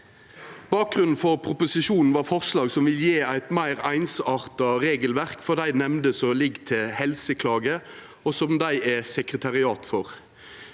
Bakgrunnen for proposisjonen var forslag som vil gje eit meir einsarta regelverk for dei nemndene som ligg til Helseklage, og som dei er sekretariat for.